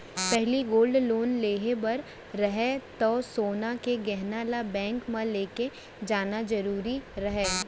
पहिली gold loan लेहे बर रहय तौ सोन के गहना ल बेंक म लेके जाना जरूरी रहय